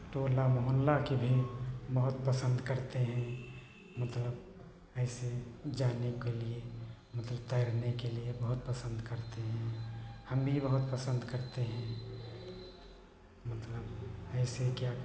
टोला मोहल्ला के भी बहुत पसंद करते हैं मतलब ऐसे जाने के लिए मतलब तैरने के लिए बहुत पसंद करते हैं हम भी बहुत पसंद करते हैं मतलब ऐसे क्या